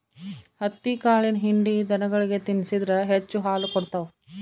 ಹತ್ತಿಕಾಳಿನ ಹಿಂಡಿ ದನಗಳಿಗೆ ತಿನ್ನಿಸಿದ್ರ ಹೆಚ್ಚು ಹಾಲು ಕೊಡ್ತಾವ